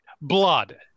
Blood